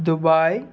Dubai